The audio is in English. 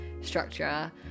structure